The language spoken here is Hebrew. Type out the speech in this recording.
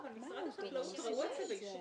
משרד החקלאות אישר את זה.